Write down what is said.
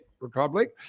Republic